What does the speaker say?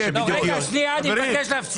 לא, אני מבקש להפסיק.